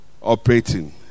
operating